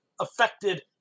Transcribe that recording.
affected